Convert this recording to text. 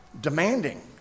demanding